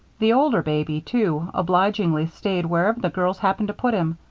the older baby, too, obligingly stayed wherever the girls happened to put him.